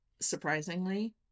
Surprisingly